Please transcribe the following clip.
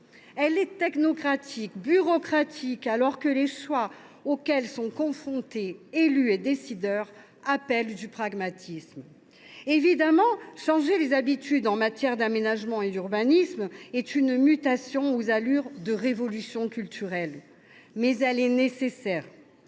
Elle est technocratique, bureaucratique, alors que les choix auxquels sont confrontés les élus et les décideurs appellent du pragmatisme. Évidemment, changer les habitudes en matière d’aménagement et d’urbanisme représente une mutation aux allures de révolution culturelle. Mais celle ci est nécessaire,